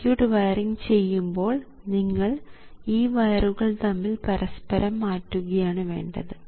circuit wiring ചെയ്യുമ്പോൾ നിങ്ങൾ ഈ വയറുകൾ തമ്മിൽ പരസ്പരം മാറ്റുകയാണ് വേണ്ടത്